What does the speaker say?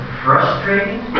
frustrating